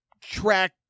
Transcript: track